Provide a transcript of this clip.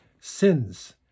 sins